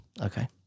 Okay